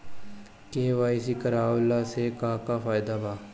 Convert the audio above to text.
KYC करवला से का का फायदा बा?